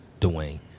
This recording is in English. Dwayne